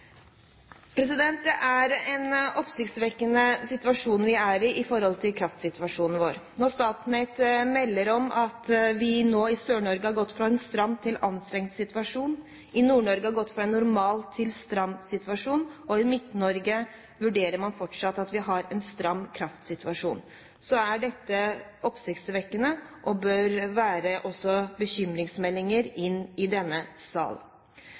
Vi er i en oppsiktsvekkende kraftsituasjon. Når Statnett melder at vi i Sør-Norge nå har gått fra en stram til en anstrengt situasjon, at vi i Nord-Norge har gått fra en normal til en stram situasjon, og at man i Midt-Norge fortsatt vurderer det slik at vi har en stram kraftsituasjon, er dette oppsiktsvekkende og bør være bekymringsmeldinger inn i denne sal.